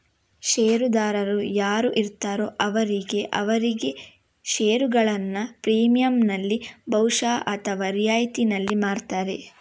ಷೇರುದಾರರು ಯಾರು ಇರ್ತಾರೋ ಅವರಿಗೆ ಅವರಿಗೆ ಷೇರುಗಳನ್ನ ಪ್ರೀಮಿಯಂನಲ್ಲಿ ಭಾಗಶಃ ಅಥವಾ ರಿಯಾಯಿತಿನಲ್ಲಿ ಮಾರ್ತಾರೆ